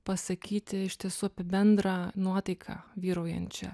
pasakyti iš tiesų apie bendrą nuotaiką vyraujančią